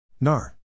NAR